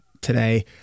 today